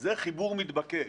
זה חיבור מתבקש.